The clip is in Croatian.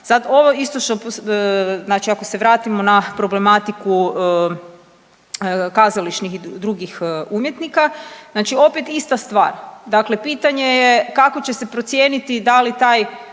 Sad ovo isto što, znači ako se vratimo na problematiku kazališnih i drugih umjetnika, znači opet ista stvar, dakle pitanje je kako će se procijeniti da li taj